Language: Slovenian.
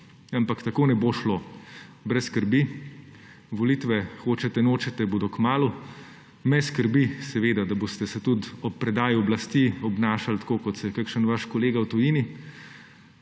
Ampak tako ne bo šlo. Brez skrbi, volitve, hočete, nočete, bodo kmalu. Me skrbi, da se boste tudi ob predaji oblasti obnašali tako, kot se je kakšen vaš kolega v tujini.